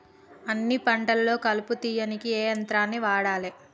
అన్ని పంటలలో కలుపు తీయనీకి ఏ యంత్రాన్ని వాడాలే?